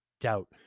doubt